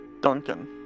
duncan